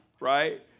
right